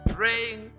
Praying